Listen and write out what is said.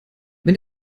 wenn